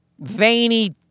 veiny